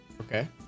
Okay